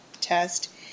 test